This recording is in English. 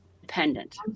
dependent